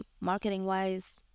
marketing-wise